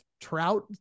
Trout